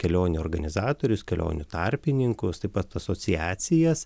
kelionių organizatorius kelionių tarpininkus taip pat asociacijas